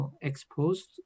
exposed